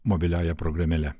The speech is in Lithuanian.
mobiliąja programėle